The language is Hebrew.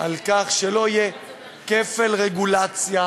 לכך שלא יהיה כפל רגולציה,